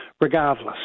regardless